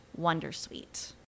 Wondersuite